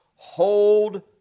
hold